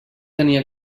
tenia